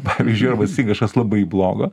pavyzdžiui arba kažkas labai blogo